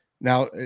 Now